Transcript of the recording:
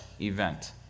event